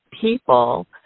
people